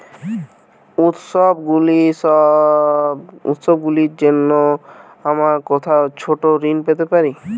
উত্সবগুলির জন্য আমি কোথায় ছোট ঋণ পেতে পারি?